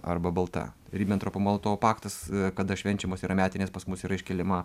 arba balta ribentropo molotovo paktas kada švenčiamos yra metinės pas mus yra iškeliama